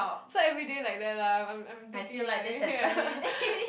so everyday like that lah I'm I'm thinking like ya